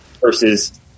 versus